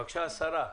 בבקשה, השרה.